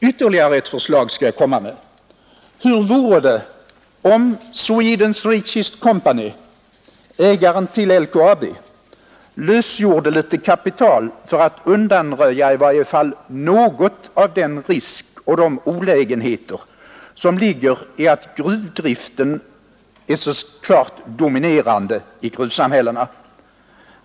Ytterligare ett förslag skall jag komma med: Hur vore det om Swedens richest company, ägaren till LKAB, lösgjorde litet kapital för att undanröja i varje fall något av den risk och några av de olägenheter som ligger i att gruvdriften är så klart dominerande i gruvsamhällena.